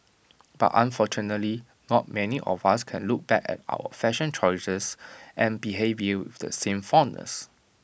but unfortunately not many of us can look back at our fashion choices and behaviour with the same fondness